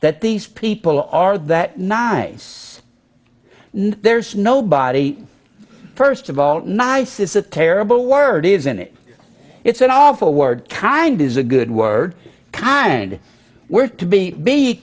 that these people are that naive it's there's nobody first of all nice is a terrible word isn't it it's an awful word kind is a good word kind word to be be